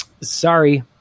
sorry